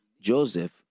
Joseph